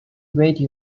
radio